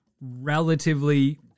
relatively